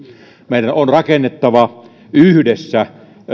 meidän on rakennettava yhdessä